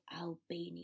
Albania